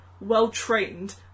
well-trained